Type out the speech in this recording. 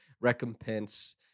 recompense